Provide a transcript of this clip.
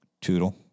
Toodle